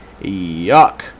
Yuck